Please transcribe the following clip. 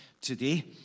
today